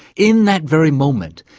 in that very moment,